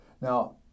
Now